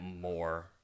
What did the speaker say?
more